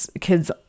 kids